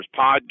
Podcast